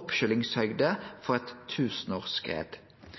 oppskyllingshøgd for eit